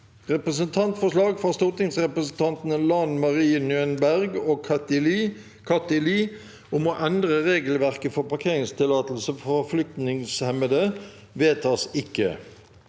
Representantforslag fra stortingsrepresentantene Lan Marie Nguyen Berg og Kathy Lie om å endre regelverket for parkeringstillatelse for forflytningshemmede – vedtas ikke.